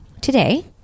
Today